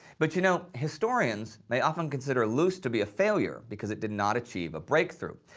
but, you know, historians may often consider loos to be a failure because it did not achieve a breakthrough,